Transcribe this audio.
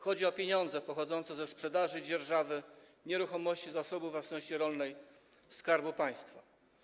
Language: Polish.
Chodzi o pieniądze pochodzące ze sprzedaży i dzierżawy nieruchomości Zasobu Własności Rolnej Skarbu Państwa.